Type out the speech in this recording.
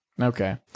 Okay